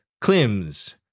Klim's